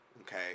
Okay